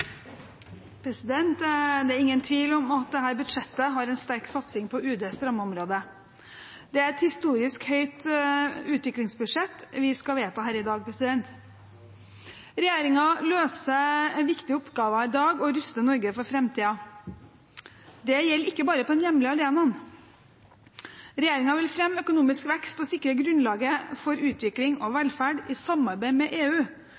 ingen tvil om at dette budsjettet har en sterk satsing på UDs rammeområde. Det er et historisk høyt utviklingsbudsjett vi skal vedta her i dag. Regjeringen løser viktige oppgaver i dag og ruster Norge for framtiden. Det gjelder ikke bare på den hjemlige arena. Regjeringen vil fremme økonomisk vekst og sikre grunnlaget for utvikling og velferd i samarbeid med EU